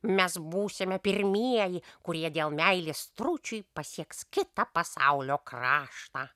mes būsime pirmieji kurie dėl meilės stručiui pasieks kitą pasaulio kraštą